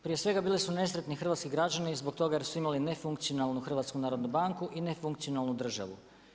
Prije svega, bili su nesretni hrvatski građani, zbog toga jer su imali nefunkcionalnu HNB i nefunkcionalnu državu.